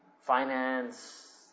finance